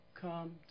Come